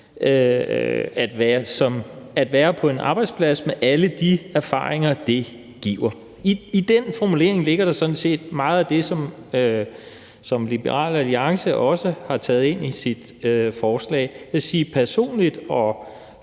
at være på en arbejdsplads med alle de erfaringer, det giver.« I den formulering ligger der sådan set meget af det, som Liberal Alliance også har taget ind i sit forslag. Jeg vil sige personligt og